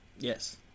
Yes